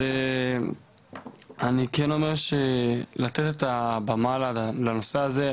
אני אומר שלתת את הבמה לנושא הזה,